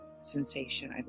sensation